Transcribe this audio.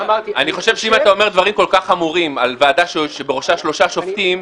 אני חושב שאם אתה אומר דברים כל כך חמורים על ועדה שבראשה שלושה שופטים,